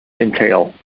entail